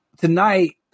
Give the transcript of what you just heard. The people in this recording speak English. tonight